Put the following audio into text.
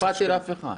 אני לא הפרעתי לאף אחד.